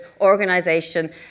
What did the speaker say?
organization